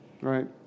Right